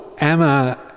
Emma